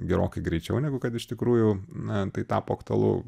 gerokai greičiau negu kad iš tikrųjų na tai tapo aktualu